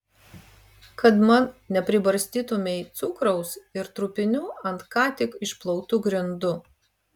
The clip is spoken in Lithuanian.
kad man nepribarstytumei cukraus ir trupinių ant ką tik išplautų grindų